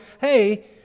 Hey